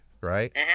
right